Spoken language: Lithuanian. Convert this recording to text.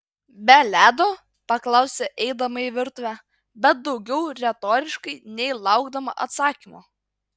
be ledo paklausė eidama į virtuvę bet daugiau retoriškai nei laukdama atsakymo